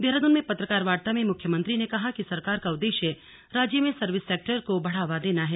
देहरादून में पत्रकार वार्ता में मुख्यमंत्री ने कहा कि सरकार का उद्देश्य राज्य में सर्विस सेक्टर को बढ़ावा देना है